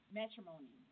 matrimony